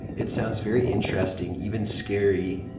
it sounds very interesting, even scary.